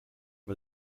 for